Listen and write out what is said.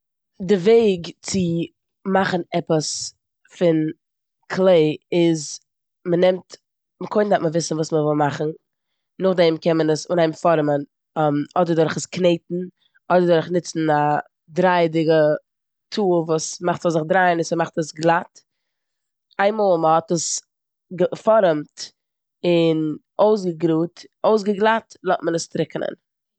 די וועג צו מאכן עפעס פון קלעי איז מ'נעמט- קודם דארף מען וויסן וואס מ'וויל מאכן, נאכדעם קען מען עס אנהייבן פארעמען אדער דורך עס קנעטן אדער דורך נוצן א דרייעדיגע טול וואס מאכט ס'זאל זיך דרייען און ס'מאכט עס גלאט. איין מאל מ'האט עס געפארעמט און אויסגעגראדט- אויסגעגלאט לאזט מען עס טרוקענען.